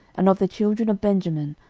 and of the children of benjamin,